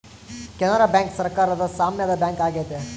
Canara bank ಸರಕಾರದ ಸಾಮ್ಯದ bank ಆಗೈತೆ